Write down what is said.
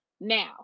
now